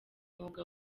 mwuga